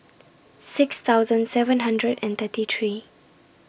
six thousand seven hundred and thirty three